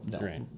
Right